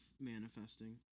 manifesting